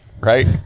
Right